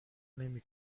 نمی